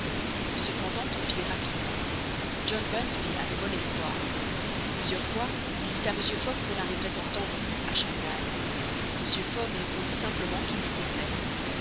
cependant on filait rapidement john bunsby avait bon espoir plusieurs fois il dit à mr fogg qu'on arriverait en temps voulu à shangaï mr fogg répondit simplement qu'il y comptait